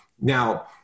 Now